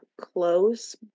close